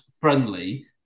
friendly